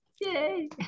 Yay